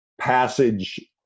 passage